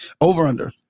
over-under